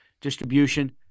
distribution